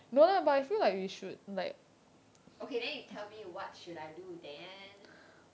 okay then you tell me what should I do then